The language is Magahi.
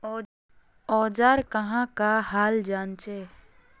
औजार कहाँ का हाल जांचें?